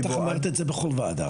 בטח אמרת את זה בכל ועדה.